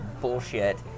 bullshit